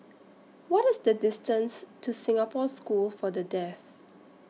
What IS The distance to Singapore School For The Deaf